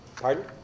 Pardon